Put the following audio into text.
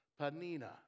Panina